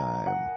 Time